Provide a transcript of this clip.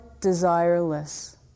desireless